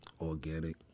Organic